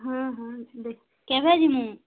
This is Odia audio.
ହୁଁ ହୁଁ ଦେଖି କେଭେ ଜିବି ମୁଁ